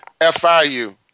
FIU